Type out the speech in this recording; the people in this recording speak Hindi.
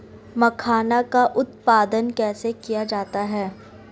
मखाना का उत्पादन कैसे किया जाता है?